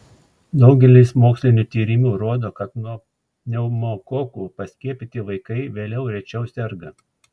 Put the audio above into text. daugelis mokslinių tyrimų rodo kad nuo pneumokokų paskiepyti vaikai vėliau rečiau serga